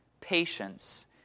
patience